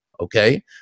okay